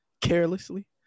carelessly